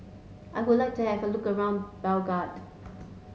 I would like to have a look around Belgrade